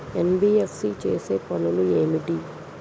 NBFC చేసే పనులు ఏమిటి?